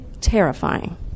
terrifying